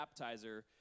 baptizer